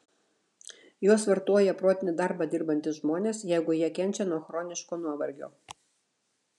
juos vartoja protinį darbą dirbantys žmonės jeigu jie kenčia nuo chroniško nuovargio